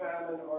famine